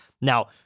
Now